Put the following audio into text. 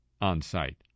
on-site